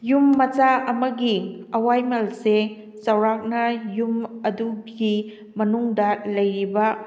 ꯌꯨꯝ ꯃꯆꯥ ꯑꯃꯒꯤ ꯑꯋꯥꯏꯃꯜꯁꯦ ꯆꯧꯔꯥꯛꯅ ꯌꯨꯝ ꯑꯗꯨꯒꯤ ꯃꯅꯨꯡꯗ ꯂꯩꯔꯤꯕ